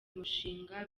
umushinga